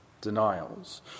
denials